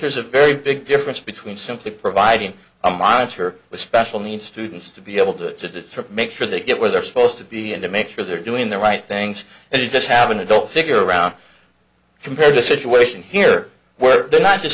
there's a very big difference between simply providing a monitor with special needs students to be able to make sure they get where they're supposed to be and to make sure they're doing the right things and he does have an adult figure around compared the situation here where they're not just